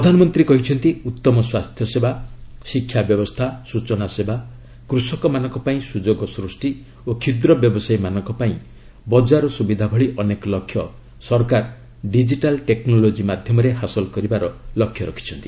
ପ୍ରଧାନମନ୍ତ୍ରୀ କହିଛନ୍ତି ଉତ୍ତମ ସ୍ୱାସ୍ଥ୍ୟସେବା ଶିକ୍ଷାବ୍ୟବସ୍ଥା ସୂଚନା ସେବା କୁଷକମାନଙ୍କ ପାଇଁ ସୁଯୋଗ ସୃଷ୍ଟି ଓ କ୍ଷୁଦ୍ର ବ୍ୟବସାୟୀମାନଙ୍କ ପାଇଁ ବଜାର ସୁବିଧା ଭଳି ଅନେକ ଲକ୍ଷ୍ୟ ସରକାର ଡିକିଟାଲ୍ ଟେକ୍ନୋଲୋଜି ମାଧ୍ୟମରେ ହାସଲ କରିବାର ଲକ୍ଷ୍ୟ ରଖିଛନ୍ତି